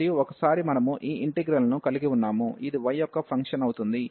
మరియు ఒకసారి మనము ఈ ఇంటిగ్రల్ ను కలిగి ఉన్నాము ఇది y యొక్క ఫంక్షన్ అవుతుంది